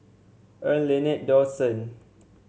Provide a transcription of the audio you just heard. Erna Lynette Dawson